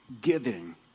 Giving